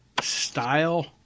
style